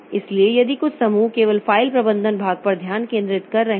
इसलिए यदि कुछ समूह केवल फ़ाइल प्रबंधन भाग पर ध्यान केंद्रित कर रहे हैं